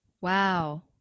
Wow